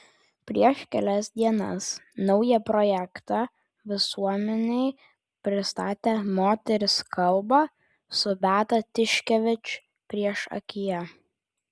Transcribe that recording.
prieš kelias dienas naują projektą visuomenei pristatė moterys kalba su beata tiškevič priešakyje